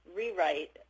rewrite